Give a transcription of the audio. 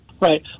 Right